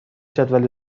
جدول